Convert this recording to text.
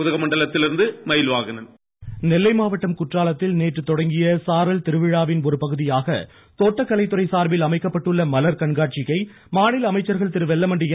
சாரல் திருவிழா நெல்லை மாவட்டம் குற்றாலத்தில் நேற்று தொடங்கிய சாரல் திருவிழாவின் ஒருபகுதியாக தோட்டக்கலைத் துறை சார்பில் அமைக்கப்பட்டுள்ள மலர் கண்காட்சியை மாநில அமைச்சர்கள் திரு வெல்லமண்டி என்